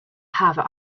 have